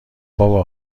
بابا